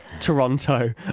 Toronto